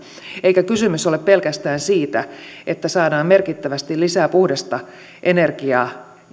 eikä kysymys ole pelkästään siitä että saadaan merkittävästi lisää puhdasta energiaa